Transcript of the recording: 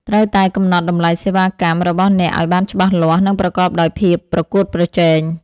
ត្រូវតែ កំណត់តម្លៃសេវាកម្ម របស់អ្នកឱ្យបានច្បាស់លាស់ និងប្រកបដោយភាពប្រកួតប្រជែង។